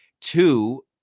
Two